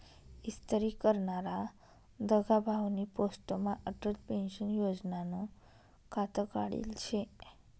इस्तरी करनारा दगाभाउनी पोस्टमा अटल पेंशन योजनानं खातं काढेल शे